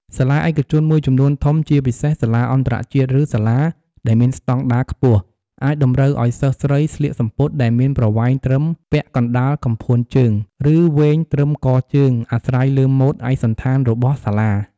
សាលាឯកជនមួយចំនួនធំ ជាពិសេសសាលាអន្តរជាតិ ឬសាលាដែលមានស្តង់ដារខ្ពស់ អាចតម្រូវឱ្យសិស្សស្រីស្លៀកសំពត់ដែលមានប្រវែងត្រឹមពាក់កណ្ដាលកំភួនជើង ឬវែងត្រឹមកជើងអាស្រ័យលើម៉ូដឯកសណ្ឋានរបស់សាលា។